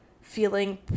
feeling